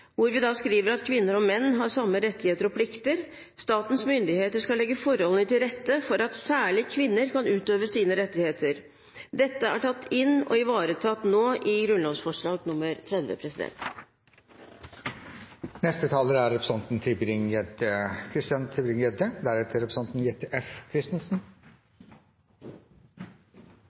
hvor vi skriver: «Kvinner og menn har samme rettigheter og plikter. Statens myndigheter skal legge forholdene til rette for at særlig kvinner kan utøve sine rettigheter.» Dette er nå tatt inn og ivaretatt i grunnlovsforslag nr. 30. Ikke overraskende ønsker jeg å gi noen kommentarer til representanten